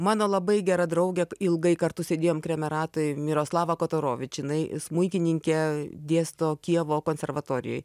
mano labai gera draugė ilgai kartu sėdėjom kremeratoj miroslava kotorovič inai smuikininkė dėsto kijevo konservatorijoj